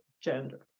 gender